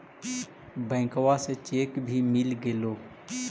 बैंकवा से चेक भी मिलगेलो?